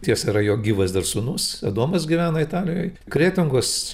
tiesa yra jo gyvas dar sūnus adomas gyvena italijoj kretingos